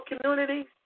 community